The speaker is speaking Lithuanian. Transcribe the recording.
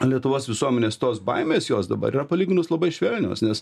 lietuvos visuomenės tos baimės jos dabar yra palyginus labai švelnios nes